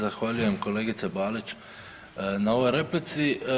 Zahvaljujem kolegice Balić na ovoj replici.